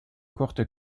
courte